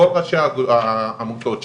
כל ראשי העמותות שלנו,